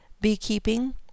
beekeeping